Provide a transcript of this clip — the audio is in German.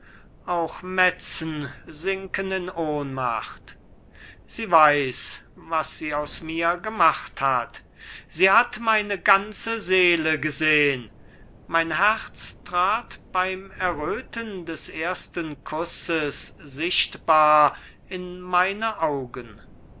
auch metzen sinken in ohnmacht sie weiß was sie aus mir gemacht hat sie hat meine ganze seele gesehen mein herz trat beim erröthen des ersten kusses sichtbar in meine augen und